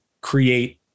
create